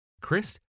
Chris